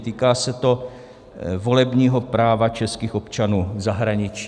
Týká se to volebního práva českých občanů v zahraničí.